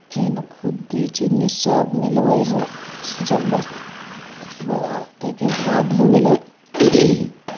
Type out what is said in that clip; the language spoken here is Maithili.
फेन खुद्दी चुन्नी सभ मिलबै हइ जानवरवला ताहिके बाद हो गेलै